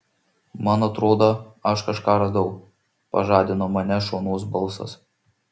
man atrodo aš kažką radau pažadino mane šonos balsas